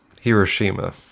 Hiroshima